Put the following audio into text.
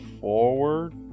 forward